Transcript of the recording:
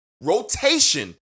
Rotation